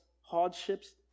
hardships